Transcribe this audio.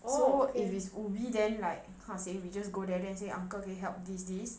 oh okay